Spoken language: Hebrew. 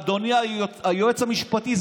אדוני היועץ המשפטי,